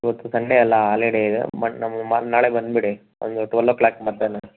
ಇವತ್ತು ಸಂಡೇ ಅಲ್ಲ ಆಲಿಡೇ ಇದೆ ಬಟ್ ನಮ್ಗೆ ನಾಳೆ ಬಂದುಬಿಡಿ ಒಂದು ಟ್ವೆಲ್ವ್ ಒ ಕ್ಲಾಕ್ ಮಧ್ಯಾಹ್ನ